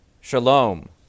Shalom